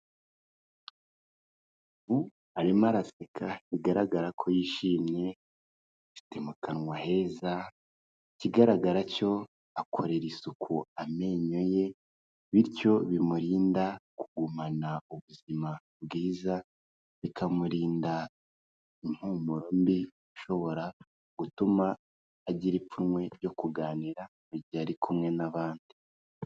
Ubu arimo araseka bigaragara ko yishimye, afite mu kanwa heza, ikigaragara cyo akorera isuku amenyo ye, bityo bimurinda kugumana ubuzima bwiza, bikamurinda impumuro mbi ishobora gutuma agira ipfunwe ryo kuganira igihe ari kumwe n'abandi.